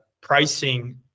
pricing